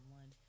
one